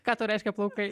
ką tau reiškia plaukai